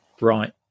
right